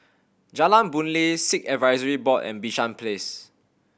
Jalan Boon Lay Sikh Advisory Board and Bishan Place